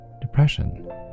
depression